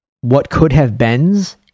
what-could-have-beens